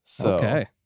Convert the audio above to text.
Okay